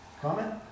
comment